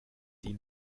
ihn